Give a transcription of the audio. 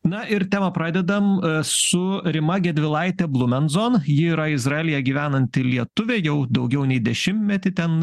na ir temą pradedam su rima gedvilaite blumenzon ji yra izraelyje gyvenanti lietuvė jau daugiau nei dešimmetį ten